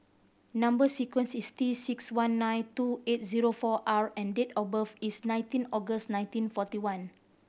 number sequence is T six one nine two eight zero four R and date of birth is nineteen August nineteen forty one